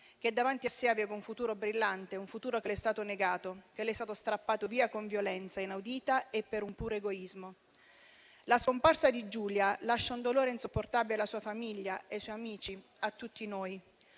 che davanti a sé aveva un futuro brillante, un futuro che le è stato negato, che le è stato strappato via con violenza inaudita e per puro egoismo. La scomparsa di Giulia lascia un dolore insopportabile alla sua famiglia, ai suoi amici e a tutti noi;